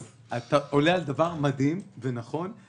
אז אתה עולה על דבר מדהים אנחנו,